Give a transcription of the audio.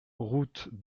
route